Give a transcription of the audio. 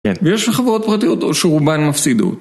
כן ויש חברות פרטיות שרובן מפסידות